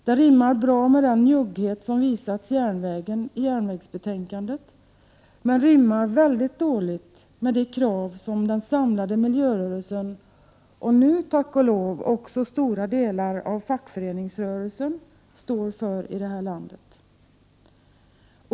Det rimmar bra med den njugghet som visats järnvägen i järnvägsbetänkandet, men rimmar dåligt med de krav som den samlade miljörörelsen och nu tack och lov också stora delar av fackföreningsrörelsen står för i vårt land.